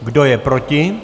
Kdo je proti?